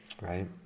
Right